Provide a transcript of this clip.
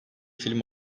film